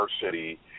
diversity